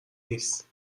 نیست